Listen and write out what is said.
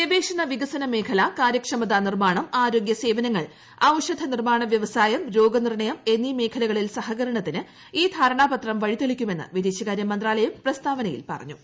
ഗവേഷണ വികസന മേഖല കാര്യക്ഷമിത്ാ ്നിർമ്മാണം ആരോഗ്യ സേവനങ്ങൾ ഔഷധ നിർമ്മാണ് പ്രൂവസായം രോഗനിർണയം എന്നീ മേഖലകളിൽ സഹ്ക്രണത്തിന് ഈ ധാരണാപത്രം വഴിതെളിക്കുമെന്ന് വിദ്ദേശികാർ്യ മന്ത്രാലയം പ്രസ്താവനയിൽ പറഞ്ഞു